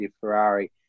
Ferrari